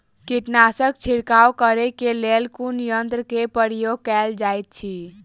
कीटनासक छिड़काव करे केँ लेल कुन यंत्र केँ प्रयोग कैल जाइत अछि?